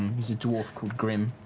he's a dwarf called grim.